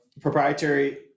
proprietary